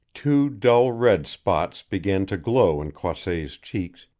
two dull red spots began to glow in croisset's cheeks,